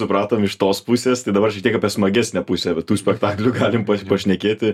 supratom iš tos pusės tai dabar šiek tiek apie smagesnę pusę va tų spektaklių galim pašnekėti